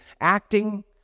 acting